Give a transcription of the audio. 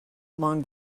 along